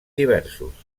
diversos